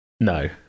no